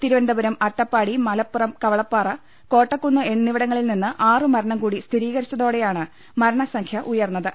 തിരുവനന്തപുരം അട്ടപ്പാടി മലപ്പുറം കവളപ്പാറ കോട്ടക്കുന്ന് എന്നിവിടങ്ങ ളിൽ നിന്ന് ആറുമരണം കൂടി സ്ഥിരീകരിച്ചതോടെയാണ് മരണസംഖ്യ ഉയർന്നത്